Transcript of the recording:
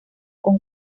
con